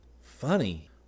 Funny